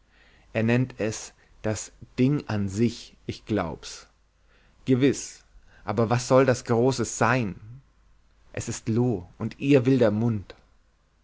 er nennt es das ding an sich ich glaub's gewiß aber was soll das großes sein es ist loo und ihr wilder mund